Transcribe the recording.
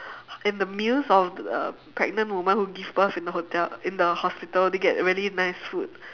and the meals of uh pregnant woman who give birth in the hotel in the hospital they get really nice food